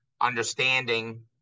understanding